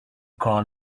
call